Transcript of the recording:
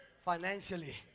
financially